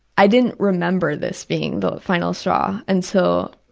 i didn't remember this being the final straw until